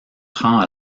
prend